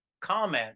comment